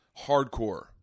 Hardcore